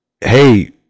hey